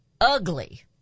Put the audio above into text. ugly